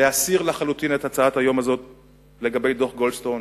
הוא להסיר לחלוטין את ההצעה הזאת לסדר-היום לגבי דוח גולדסטון.